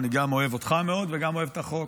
אני גם אוהב אותך מאוד וגם אוהב את החוק.